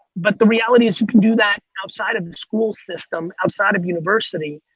but the reality is you can do that outside of the school system, outside of university.